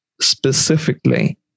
specifically